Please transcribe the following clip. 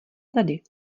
tady